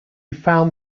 found